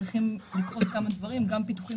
צריכים לקרות כמה דברים גם פיתוחים